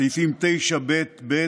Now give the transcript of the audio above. סעיפים 9ב(ב),